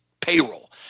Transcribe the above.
Payroll